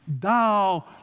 Thou